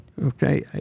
Okay